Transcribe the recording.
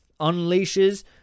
unleashes